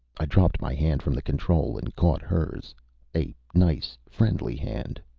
i dropped my hand from the control and caught hers a nice, friendly hand.